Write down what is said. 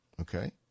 okay